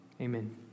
Amen